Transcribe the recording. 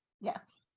yes